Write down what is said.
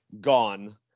gone